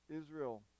Israel